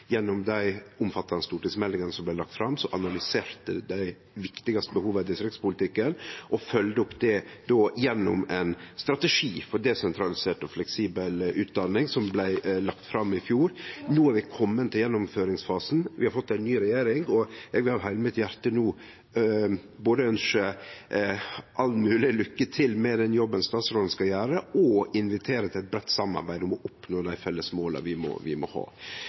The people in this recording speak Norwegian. gjennom dei omfattande stortingsmeldingane som blei lagde fram, som analyserte dei viktigaste behova i distriktspolitikken og følgde opp det gjennom ein strategi for desentralisert og fleksibel utdanning som blei lagd fram i fjor. No er vi komne til gjennomføringsfasen. Vi har fått ei ny regjering, og eg vil av heile mitt hjarte no både ønskje all mogleg lykke til med den jobben statsråden skal gjere, og invitere til